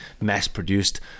mass-produced